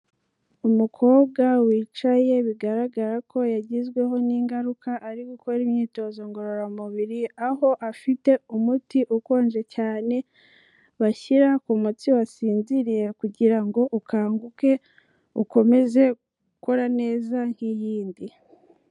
Umukobwa wicaye bigaragara ko yagizweho n'ingaruka ari gukora imyitozo ngororamubiri, aho afite umuti ukonje cyane bashyira ku mutsi wasinziriye kugira ngo ukanguke, ukomeze gukora neza nk'iyindi.